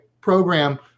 program